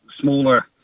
smaller